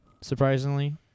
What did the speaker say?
surprisingly